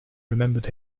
remembered